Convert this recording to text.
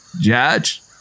Judge